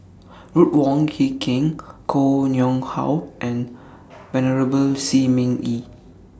Ruth Wong Hie King Koh Nguang How and Venerable Shi Ming Yi